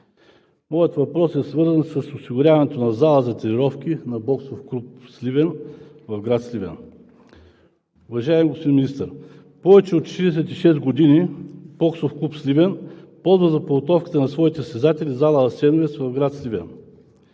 моят въпрос е свързан с осигуряването на зала за тренировки на „Боксов клуб Сливен“ в град Сливен. Уважаеми господин Министър, повече от 46 години „Боксов клуб Сливен“ ползва за подготовката на своите състезатели зала „Асеновец“ в град Сливен.